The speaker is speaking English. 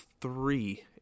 three